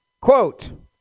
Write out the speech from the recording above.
Quote